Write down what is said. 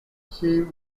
she